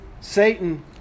Satan